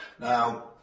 Now